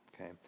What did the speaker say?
Okay